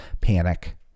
panic